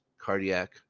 Cardiac